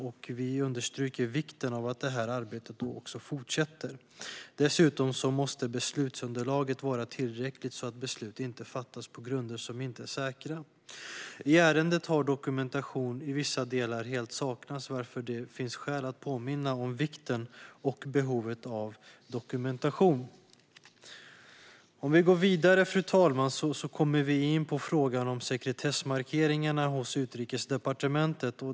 Och vi understryker vikten av att det arbetet fortsätter. Dessutom måste beslutsunderlaget vara tillräckligt, så att beslut inte fattas på osäkra grunder. I ärendet har dokumentation i vissa delar saknats helt. Det finns därför skäl att påminna om vikten och behovet av dokumentation. Fru talman! Nu kommer vi in på frågan om sekretessmarkeringar hos Utrikesdepartementet.